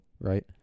right